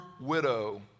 widow